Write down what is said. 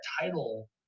title